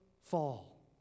fall